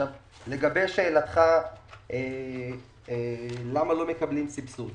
לגבי השאלה למה לא מקבלים סבסוד.